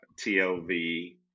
TLV